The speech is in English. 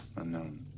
Unknown